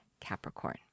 Capricorn